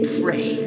pray